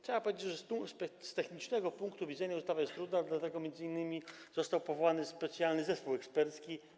Trzeba powiedzieć, że z technicznego punktu widzenia ustawa jest trudna, dlatego m.in. został powołany specjalny zespół ekspercki.